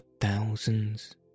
thousands